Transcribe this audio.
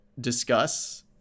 discuss